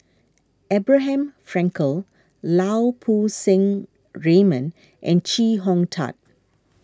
Abraham Frankel Lau Poo Seng Raymond and Chee Hong Tat